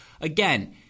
again